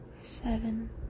seven